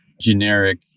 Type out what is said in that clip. generic